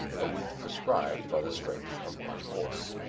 a width prescribed by the strength of one horse.